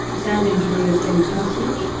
sound engineer is jenny parsonage,